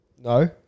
No